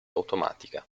automatica